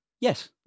Yes